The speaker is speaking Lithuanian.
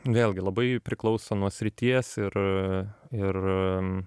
vėlgi labai priklauso nuo srities ir ir